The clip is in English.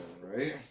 right